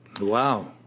Wow